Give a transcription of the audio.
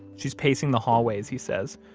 she's pacing the hallways, he says,